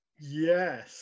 Yes